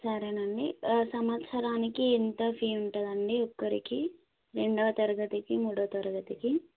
సరేనండి సంవత్సరానికి ఎంత ఫీ ఉంటుందండి ఒక్కరికి రెండో తరగతికి మూడో తరగతికి